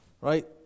Right